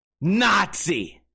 Nazi